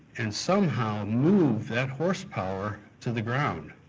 and somehow move that horsepower to the ground.